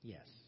Yes